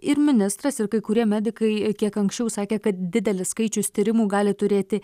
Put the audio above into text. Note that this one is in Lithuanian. ir ministras ir kai kurie medikai kiek anksčiau sakė kad didelis skaičius tyrimų gali turėti